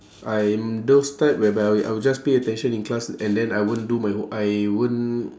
I'm those type whereby I will I will just pay attention in class and then I won't do my wo~ I won't